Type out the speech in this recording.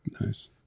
Nice